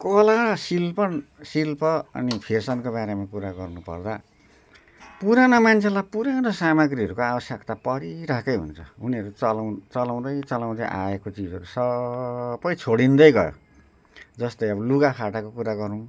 कला शिल्प शिल्प अनि फेसनको बारेमा कुरा गर्नु पर्दा पुराना मान्छेलाई पुरानो सामग्रीहरूको आवश्यकता परिरहेकै हुन्छ उनीहरू चलाउ चलाउँदै चलाउँदै आएको चिजहरू सबै छोडिँदै गयो जस्तै अब लुगा फाटाको कुरा गरौँ